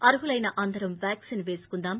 అర్హులైన అందరం వ్యాక్సిన్ వేసుకుందాం